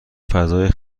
فضای